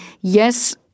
yes